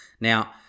Now